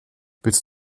willst